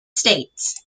states